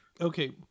Okay